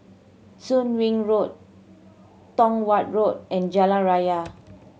Soon Wing Road Tong Watt Road and Jalan Raya